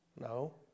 No